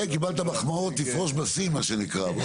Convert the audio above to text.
כן, קיבלת מחמאות, תפרוש בשיא מה שנקרא.